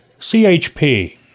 chp